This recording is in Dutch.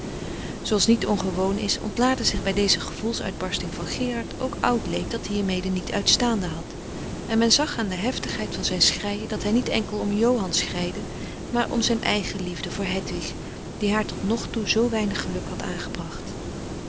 zooals niet ongewoon is ontlaadde zich bij deze gevoels uitbarsting van gerard ook oud leed dat hiermede niet uitstaande had en men zag aan de heftigheid van zijn schreien dat hij niet enkel om johan schreide maar om zijn eigen liefde voor hedwig die haar tot nog toe zoo weinig geluk had aangebracht